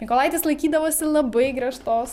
mykolaitis laikydavosi labai griežtos